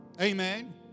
Amen